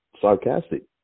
sarcastic